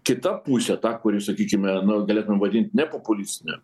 kita pusė ta kuri sakykime nu galėtumėm vadint nepopulistinė